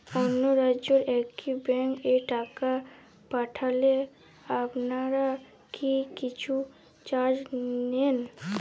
অন্য রাজ্যের একি ব্যাংক এ টাকা পাঠালে আপনারা কী কিছু চার্জ নেন?